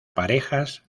parejas